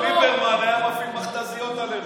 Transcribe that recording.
ליברמן היה מפעיל מכת"זיות עלינו,